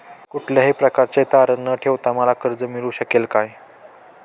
कुठल्याही प्रकारचे तारण न देता मला कर्ज मिळू शकेल काय?